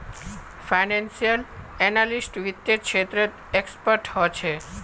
financial analyst वित्त्तेर क्षेत्रत expert ह छे